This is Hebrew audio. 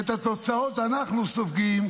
ואת התוצאות אנחנו סופגים,